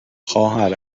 خواهر